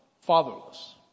fatherless